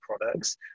products